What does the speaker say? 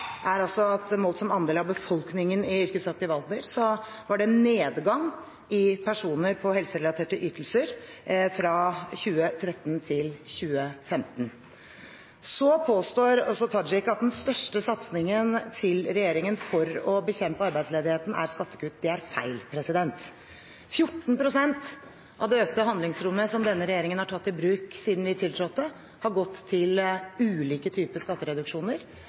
er at målt som andel av befolkningen i yrkesaktiv alder var det en nedgang i antall personer på helserelaterte ytelser fra 2013 til 2015. Så påstår også Tajik at den største satsingen til regjeringen for å bekjempe arbeidsledigheten er skattekutt. Det er feil. 14 pst. av det økte handlingsrommet som denne regjeringen har tatt i bruk siden vi tiltrådte, har gått til ulike typer skattereduksjoner.